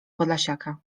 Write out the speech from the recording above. podlasiaka